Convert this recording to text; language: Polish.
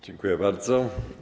Dziękuję bardzo.